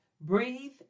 Breathe